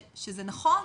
שזה נכון